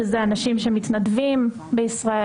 שאלה אנשים שהם מתנדבים בישראל.